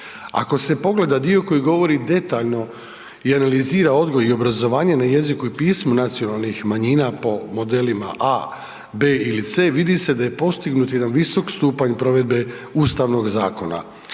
Ako se pogleda dio koji govori detaljno i analizira odgoj i obrazovanje na jeziku i pismu nacionalnih manjina po modelima A, B ili C, vidi se da je postignut jedan visok stupanj provedbe Ustavnog zakona,